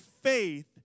faith